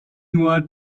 nur